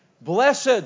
blessed